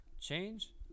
Change